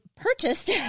purchased